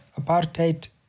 apartheid